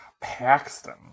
Paxton